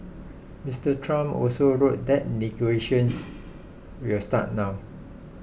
Mr Trump also wrote that negotiations will start now